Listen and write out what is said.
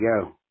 go